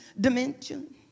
dimension